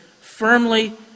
firmly